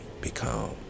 become